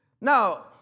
Now